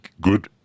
good